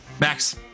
Max